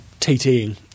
TTing